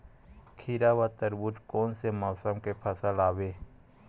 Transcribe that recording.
खीरा व तरबुज कोन से मौसम के फसल आवेय?